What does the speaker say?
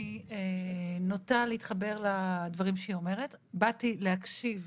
אני נוטה להתחבר לדברים שהיא אומרת, באתי להקשיב